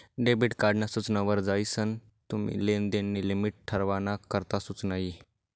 debit card ना सूचना वर जायीसन तुम्ही लेनदेन नी लिमिट ठरावाना करता सुचना यी